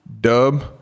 Dub